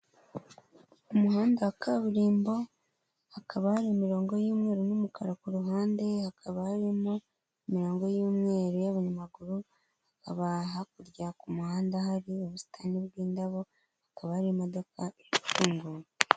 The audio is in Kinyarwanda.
Umuhanda wa kaburimbo hakaba hari imirongo y'umweru n'umukara ku ruhande, hakaba harimo imirongo y'umweru y'abanyamaguru, hakaba hakurya ku muhanda hari ubusitani bw'indabo, hakaba hari imodoka ifunguye.